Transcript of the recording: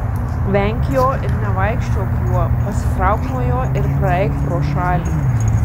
venk jo ir nevaikščiok juo pasitrauk nuo jo ir praeik pro šalį